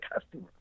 customer